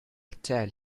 tell